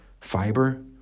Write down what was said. fiber